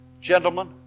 Gentlemen